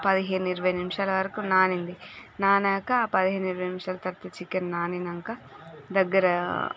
పదిహేను ఇరవై నిమిషాల వరకు నానింది నానక ఆ పదిహేను ఇరవై నిమిషాల తరువాత చికెన్ నానినాక దగ్గర